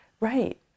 Right